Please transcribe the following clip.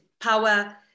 power